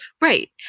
Right